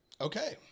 Okay